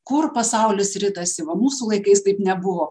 kur pasaulis ritasi va mūsų laikais taip nebuvo